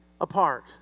apart